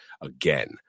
again